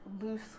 loose